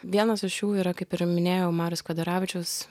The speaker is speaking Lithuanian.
vienas iš jų yra kaip ir minėjau mariaus kvedaravičiaus